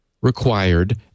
required